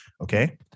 Okay